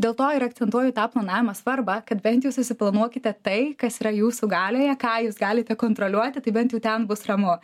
dėl to ir akcentuoju tą planavimo svarbą kad bent jau susiplanuokite tai kas yra jūsų galioje ką jūs galite kontroliuoti tai bent jau ten bus ramu